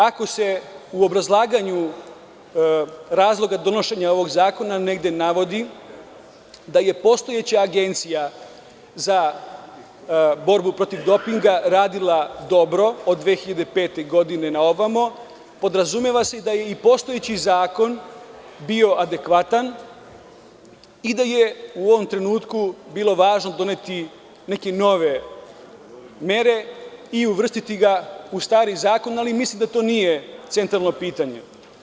Ako se u obrazlaganju razloga donošenja ovog zakona negde navodi da je postojeća Agencija za borbu protiv dopinga radila dobro od 2005. godine na ovamo, podrazumeva se da je i postojeći bio adekvatan i da je u ovom trenutku bilo važno doneti neke nove mere i uvrstiti ga u stari zakon, ali mislim da to nije centralno pitanje.